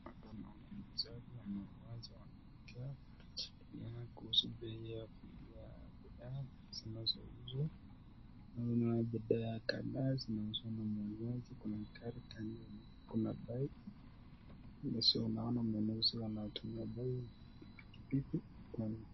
Hapa na mwanunuzi na mwanunuzi anawajia wanawake wanazungumzia kuhusu bei ya bidhaa zinazouzwa. Naona bidhaa kadhaa zinazouzwa na mmoja wao ni kuna gari kando na kuna bike. Nimesoma mwanamume anatumia bike pikipiki